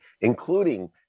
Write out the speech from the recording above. including